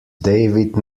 david